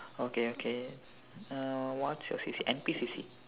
okay okay uh what's your C_C_A N_P_C_C